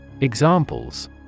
Examples